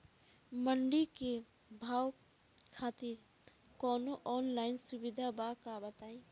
मंडी के भाव खातिर कवनो ऑनलाइन सुविधा बा का बताई?